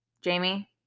Jamie